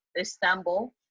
Istanbul